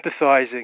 empathizing